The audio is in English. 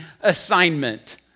assignment